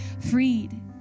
freed